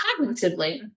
Cognitively